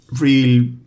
real